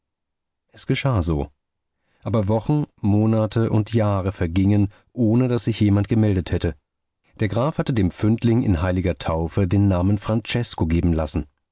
es geschah so aber wochen monate und jahre vergingen ohne daß sich jemand gemeldet hätte der graf hatte dem fündling in heiliger taufe den namen francesko geben lassen